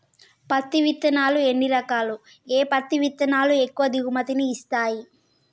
పత్తి విత్తనాలు ఎన్ని రకాలు, ఏ పత్తి విత్తనాలు ఎక్కువ దిగుమతి ని ఇస్తాయి?